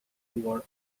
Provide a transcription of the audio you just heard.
toward